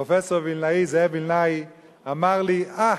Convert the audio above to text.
פרופסור וילנאי, זאב וילנאי, אמר לי: אה,